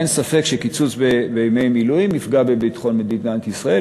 אין ספק שקיצוץ בימי מילואים יפגע בביטחון מדינת ישראל,